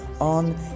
on